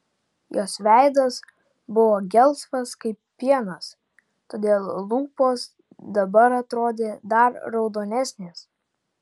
jos veidas buvo gelsvas kaip pienas todėl lūpos dabar atrodė dar raudonesnės